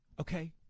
Okay